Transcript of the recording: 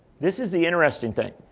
this is the interesting thing.